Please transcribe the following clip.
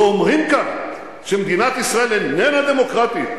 ואומרים כאן שמדינת ישראל איננה דמוקרטית,